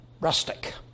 rustic